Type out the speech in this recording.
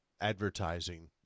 advertising